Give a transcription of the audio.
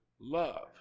love